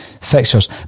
fixtures